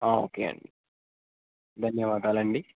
okay అండి ధన్యవాదాలండి